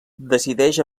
decideix